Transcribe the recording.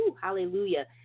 hallelujah